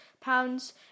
pounds